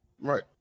Right